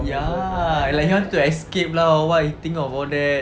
ya like he want to escape lor or what he think of all that